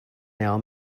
now